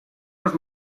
los